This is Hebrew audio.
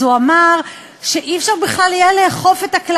והוא אמר שבכלל לא יהיה אפשר לאכוף את החוק